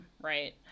right